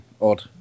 odd